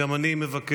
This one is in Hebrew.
גם אני מבקש,